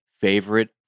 favorite